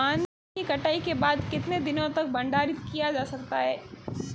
धान की कटाई के बाद कितने दिनों तक भंडारित किया जा सकता है?